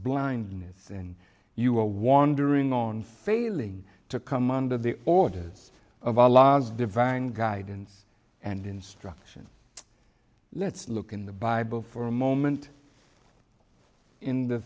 blindness and you are wandering on failing to come under the orders of the law as divine guidance and instructions let's look in the bible for a moment in the